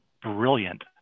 brilliant